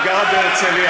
את גרה בהרצליה.